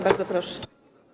Bardzo proszę.